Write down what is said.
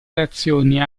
reazioni